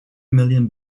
million